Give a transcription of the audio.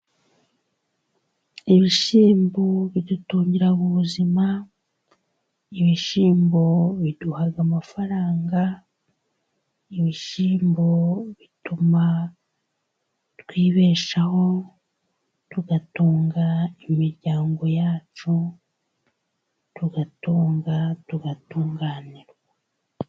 Ibishyimbo bidutungira ubuzima. Ibishyimbo biduhaha amafaranga. Ibishyimbo bituma twibeshaho, tugatunga imiryango yacu, tugatunga tugatunganirwa.